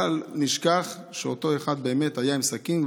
בל נשכח שאותו אחד באמת היה עם סכין,